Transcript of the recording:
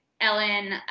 Ellen